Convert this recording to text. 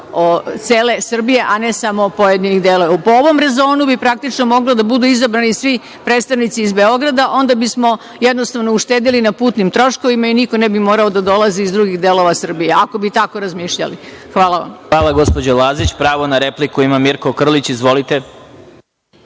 cele Srbije, a ne samo pojedinih delova. Po ovom rezonu bi, praktično, mogli da budu izabrani svi predstavnici iz Beograda. Onda bismo jednostavno uštedeli na putnim troškovima i niko ne bi morao da dolazi iz drugih delova Srbije, ako bi tako razmišljali. Hvala. **Vladimir Marinković** Hvala. Reč ima narodni poslanik